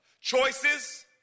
Choices